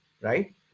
right